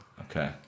Okay